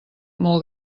molt